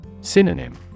Synonym